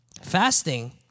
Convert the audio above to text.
fasting